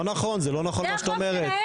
זה לא נכון מה שאת אומרת.